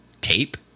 tape